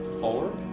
four